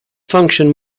function